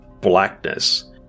blackness